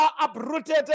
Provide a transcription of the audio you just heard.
uprooted